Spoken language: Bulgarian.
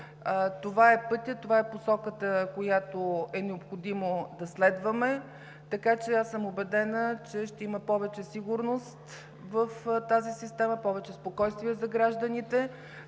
това е пътят, това е посоката, която е необходимо да следваме, така че съм убедена, че ще има повече сигурност в тази система, повече спокойствие за гражданите,